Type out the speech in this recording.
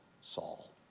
Saul